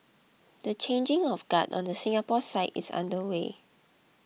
the changing of guard on the Singapore side is underway